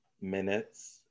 minutes